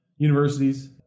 universities